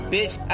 Bitch